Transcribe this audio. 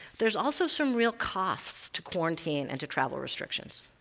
there's also some real costs to quarantine and to travel restrictions.